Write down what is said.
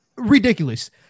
Ridiculous